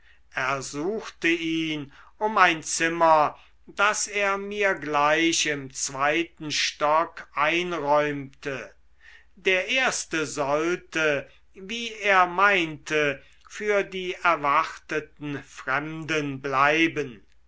ersuchte ihn um ein zimmer das er mir gleich im zweiten stock einräumte der erste sollte wie er meinte für die erwarteten fremden bleiben